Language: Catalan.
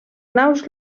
naus